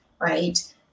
right